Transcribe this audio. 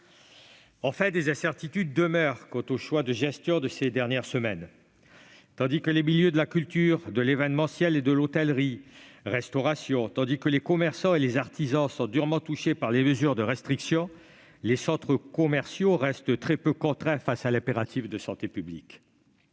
Enfin, des incertitudes demeurent quant aux choix de gestion de ces dernières semaines. Tandis que les milieux de la culture, de l'événementiel et de l'hôtellerie-restauration, ainsi que les commerçants et les artisans étaient durement touchés par les mesures de restriction, les centres commerciaux restaient très peu contraints face à l'impératif de santé publique.